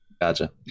Gotcha